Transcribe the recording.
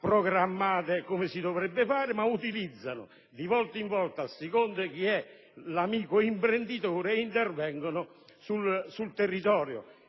programmazione, come si dovrebbe fare, ma, di volta in volta, a seconda dell'amico imprenditore, intervengono sul territorio,